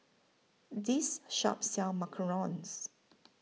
This Shop sells Macarons